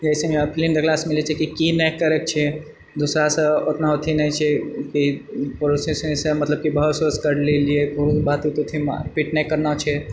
जैसेकि फिलिम देखलासे मिलैछे कि की नहि करना छै दुसरासँ अपना अथि नहि छै कि से मतलब बहस वहस करि लेलिए ओ बात वूत अथिमे पिक नहि करना छै